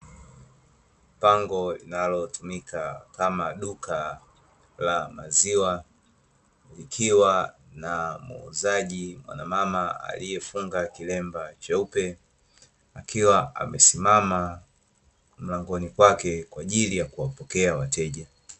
Pango linalotumika kama duka la maziwa likiwa na muuzaji mwanamama aliyefunga kilemba cheupe, akiwa amesimama mlangoni kwake kwa ajili ya kuwapokea wateja.